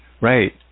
right